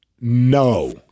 No